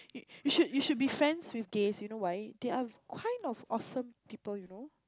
you should you should be friends with gays you know why they are kind of awesome people you know